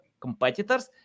competitors